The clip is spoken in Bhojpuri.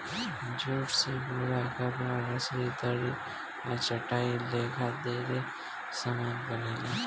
जूट से बोरा, कपड़ा, रसरी, दरी आ चटाई लेखा ढेरे समान बनेला